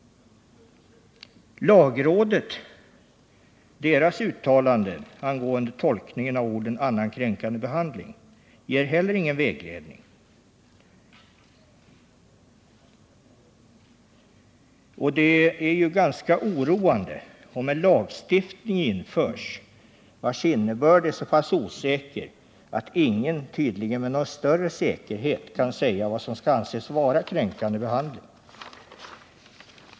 Lagrådets uttalande angående tolkningen av ”kränkande behandling” ger inte heller någon vägledning. Det är ganska oroande om en lag införs, vars innebörd är så pass osäker att tydligen ingen med någon större säkerhet kan säga vad som menas med ”kränkande behandling”.